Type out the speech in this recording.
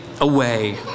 away